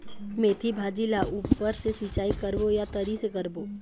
मेंथी भाजी ला ऊपर से सिचाई करबो या तरी से करबो?